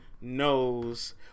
knows